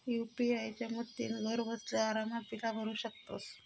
UPI च्या मदतीन घरबसल्या आरामात बिला भरू शकतंस